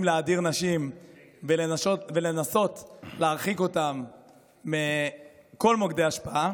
להדיר נשים ולנסות להרחיק אותן מכל מוקדי ההשפעה,